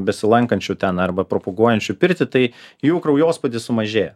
besilankančių ten arba propaguojančių pirtį tai jų kraujospūdis sumažėja